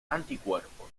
anticuerpos